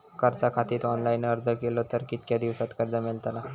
कर्जा खातीत ऑनलाईन अर्ज केलो तर कितक्या दिवसात कर्ज मेलतला?